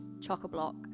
chock-a-block